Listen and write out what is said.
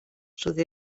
sud